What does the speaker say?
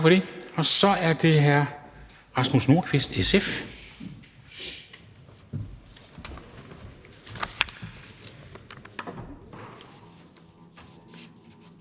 Så er det hr. Rasmus Nordqvist, SF.